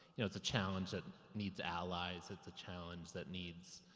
you know it's a challenge that needs allies, it's a challenge that needs,